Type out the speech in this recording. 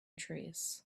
trees